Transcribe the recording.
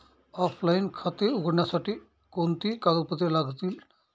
Offline खाते उघडण्यासाठी कोणती कागदपत्रे लागतील?